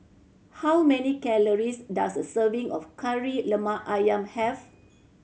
how many calories does a serving of Kari Lemak Ayam have